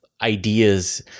ideas